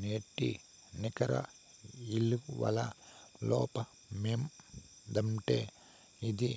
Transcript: నేటి నికర ఇలువల లోపమేందంటే అది,